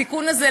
התיקון הזה,